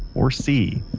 or see,